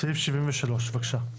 סעיף 73, בבקשה.